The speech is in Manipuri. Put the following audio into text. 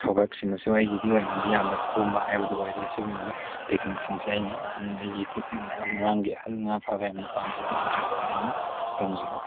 ꯊꯕꯛ ꯁꯤꯃꯁꯨ ꯑꯩꯒꯤꯗꯤ ꯑꯣꯏꯅꯗꯤ ꯌꯥꯝꯟ ꯀꯣꯝꯕ ꯍꯥꯏꯕꯗꯨ ꯑꯣꯏꯔꯦ ꯑꯁꯤꯒꯨꯝꯂꯕ ꯇꯦꯛꯅꯤꯛꯁꯤꯡꯁꯦ ꯑꯩꯅ ꯑꯍꯜ ꯑꯩꯒꯤ ꯃꯃꯥꯡꯒꯤ ꯑꯍꯜ ꯉꯥ ꯐꯥꯕ ꯌꯥꯝꯅ ꯄꯥꯝꯖꯕ ꯑꯍꯜꯁꯤꯡꯗꯒꯤ ꯑꯩꯅ ꯇꯝꯖꯍꯧꯏ